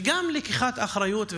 וגם לקיחת אחריות.